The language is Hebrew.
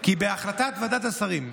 כי בהחלטת ועדת השרים בעניין,